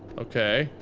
okay,